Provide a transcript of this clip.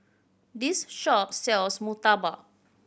this shop sells murtabak